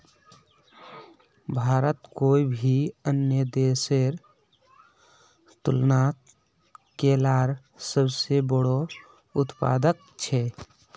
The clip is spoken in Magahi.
भारत कोई भी अन्य देशेर तुलनात केलार सबसे बोड़ो उत्पादक छे